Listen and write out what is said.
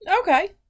Okay